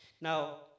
Now